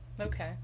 okay